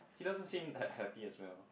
he doesn't seem had happy as well